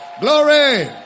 Glory